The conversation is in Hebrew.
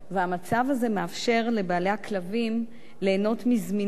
והמצב מאפשר לבעלי הכלבים ליהנות מזמינות